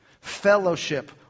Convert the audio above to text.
fellowship